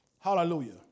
Hallelujah